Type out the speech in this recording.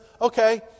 Okay